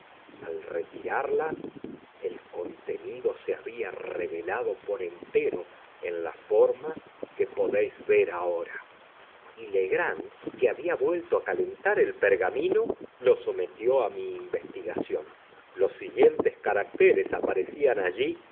al retirarla el contenido se había revelado por entero en la forma que podéis ver ahora y legrand que había vuelto a calentar el pergamino lo sometió a mi investigación los siguientes caracteres aparecían allí